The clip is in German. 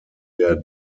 der